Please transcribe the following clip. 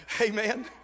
Amen